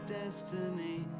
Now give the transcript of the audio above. destiny